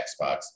Xbox